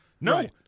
No